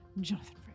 Jonathan